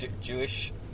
Jewish